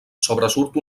sobresurt